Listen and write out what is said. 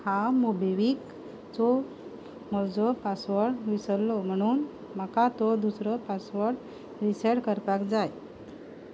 हा मोबिवीकचो म्हजो पासवर्ड विसरलो म्हणून म्हाका तो दुसरो पासवर्ड रिसॅट करपाक जाय